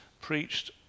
preached